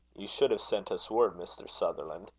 you should have sent us word, mr. sutherland,